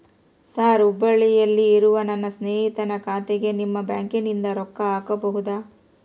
Sir ಹುಬ್ಬಳ್ಳಿಯಲ್ಲಿ ಇರುವ ನನ್ನ ಸ್ನೇಹಿತನ ಖಾತೆಗೆ ನಿಮ್ಮ ಬ್ಯಾಂಕಿನಿಂದ ರೊಕ್ಕ ಹಾಕಬಹುದಾ?